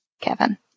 Kevin